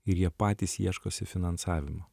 ir jie patys ieškosi finansavimo